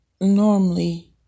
normally